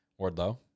Wardlow